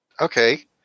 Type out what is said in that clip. Okay